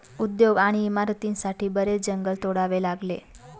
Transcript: उद्योग आणि इमारतींसाठी बरेच जंगल तोडावे लागले